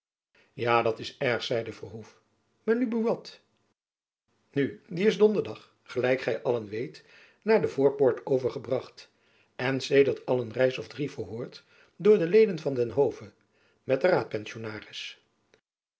ja dat is erg zeide verhoef maar nu buat nu die is donderdag gelijk gy allen weet naar de voorpoort overgebracht en sedert al een reis of drie verhoord door de leden van den hove met den raadpensionaris